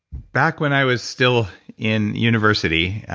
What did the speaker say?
back when i was still in university,